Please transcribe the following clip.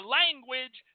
language